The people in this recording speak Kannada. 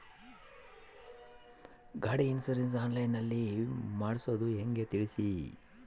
ಗಾಡಿ ಇನ್ಸುರೆನ್ಸ್ ಆನ್ಲೈನ್ ನಲ್ಲಿ ಮಾಡ್ಸೋದು ಹೆಂಗ ತಿಳಿಸಿ?